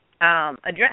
address